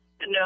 No